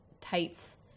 tights